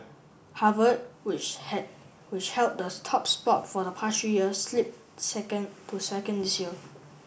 Harvard which had which held the top spot for the past three years slipped second to second this year